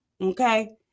okay